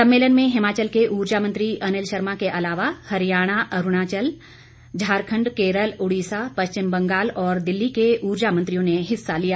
सम्मेलन में हिमाचल के ऊर्जा मंत्री अनिल शर्मा के अलावा हरियाणा अरूणाचल झारखण्ड केरल उडीसा पश्चिम बंगाल और दिल्ली के ऊर्जा मंत्रियों ने हिस्सा लिया